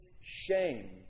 shame